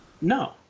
No